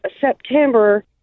September